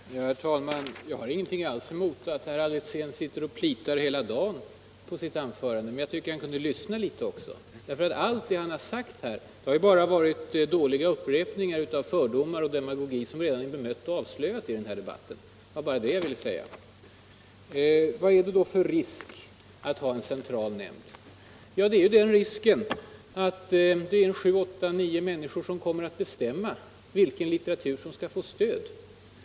Herr talman! Jag har ingenting alls emot att herr Alsén sitter och plitar hela dagen på sitt anförande. Men jag tycker han kunde lyssna litet på debatten också. Allt vad han har sagt här har bara varit dåliga upprepningar av fördomar och demagogi som redan är bemötta och avslöjade i diskussionen. Vad är det då för risk att ha en central nämnd? Ja, det är den risken att det blir sju, åtta, nio människor som kommer att bestämma vilken litteratur som skall få stöd.